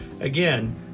Again